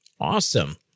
Awesome